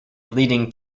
leading